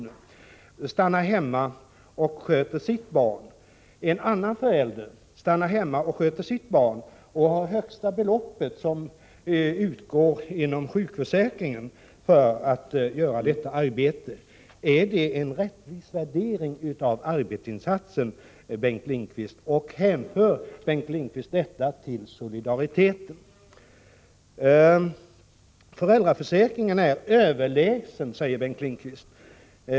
och som stannar hemma och sköter sitt barn jämfört med en förälder som har det högsta belopp som utgår inom sjukförsäkringen för detta arbete? Är det en rättvis värdering av arbetsinsatsen, och hänför Bengt Lindqvist detta till solidariteten? Föräldraförsäkringen är överlägsen när det gäller att skapa valfrihet, säger Bengt Lindqvist.